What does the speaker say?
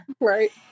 Right